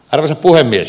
arvoisa puhemies